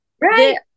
right